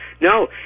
no